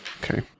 Okay